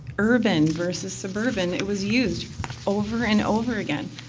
urban versus suburban, it was used over and over again.